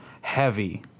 heavy